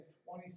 20